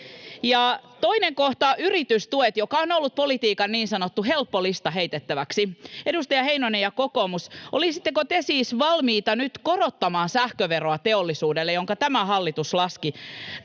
Toinen kohta oli yritystuet, joka on ollut politiikan niin sanottu helppo lista heitettäväksi. Edustaja Heinonen ja kokoomus, olisitteko te siis valmiita nyt korottamaan teollisuuden sähköveroa, jonka tämä hallitus laski,